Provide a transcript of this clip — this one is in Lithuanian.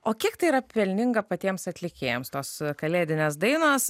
o kiek tai yra pelninga patiems atlikėjams tos kalėdinės dainos